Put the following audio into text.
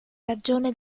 ragione